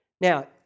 Now